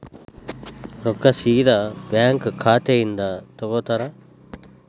ರೊಕ್ಕಾ ಸೇದಾ ಬ್ಯಾಂಕ್ ಖಾತೆಯಿಂದ ತಗೋತಾರಾ?